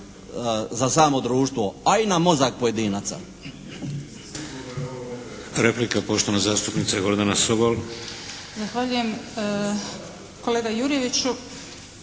za samo društvo. A i na mozak pojedinaca.